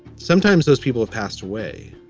sometimes those people have passed away.